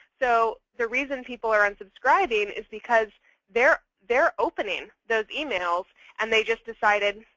so the reason people are unsubscribing is because they're they're opening those emails. and they just decided,